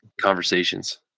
conversations